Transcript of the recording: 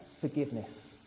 forgiveness